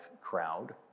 crowd